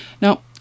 Now